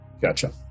Gotcha